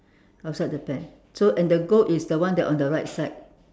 outside the pen and so the goat is the one that on the right side